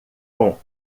com